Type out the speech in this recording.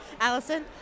Allison